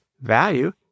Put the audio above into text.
value